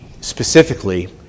specifically